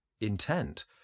intent